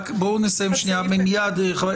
עצמן.